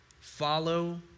Follow